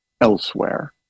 elsewhere